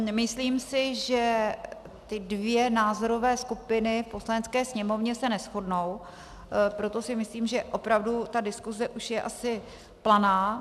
Myslím si, že ty dvě názorové skupiny v Poslanecké sněmovně se neshodnou, proto si myslím, že opravdu ta diskuse už je asi planá.